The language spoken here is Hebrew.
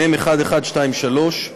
התשע"ז 2017,